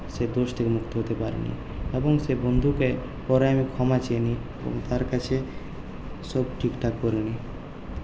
সেই দোষ থেকে মুক্ত হতে পারেনি এবং সেই বন্ধুকে পরে আমি ক্ষমা চেয়ে নিই এবং তার কাছে সব ঠিকঠাক করে নিই